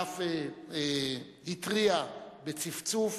אחרי שהצלחת כל כך ותגיע להיות לימים בתפקידים אחרים,